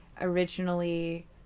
originally